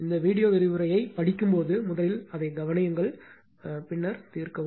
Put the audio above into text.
இந்த வீடியோ விரிவுரையைப் படிக்கும்போது முதலில் அதைக் கவனியுங்கள் பின்னர் தீர்க்கவும்